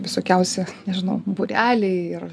visokiausi nežinau būreliai ir